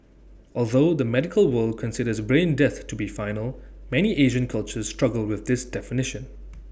although the medical world considers brain death to be final many Asian cultures struggle with this definition